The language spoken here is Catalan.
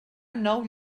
nou